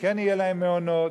שכן יהיו להם מעונות,